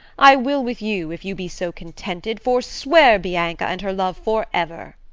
i will with you, if you be so contented, forswear bianca and her love for ever.